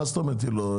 מה זאת אומרת היא לא,